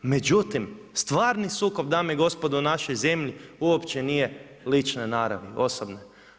Međutim, stvarni sukob, dame i gospodo u našoj zemlji uopće nije lične naravni, osobno.